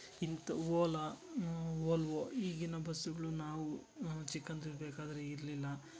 ಇಂಥ ವೋಲಾ ವೋಲ್ವೊ ಈಗಿನ ಬಸ್ಸುಗಳು ನಾವು ಚಿಕ್ಕಂದಿರಬೇಕಾದ್ರೆ ಇರಲಿಲ್ಲ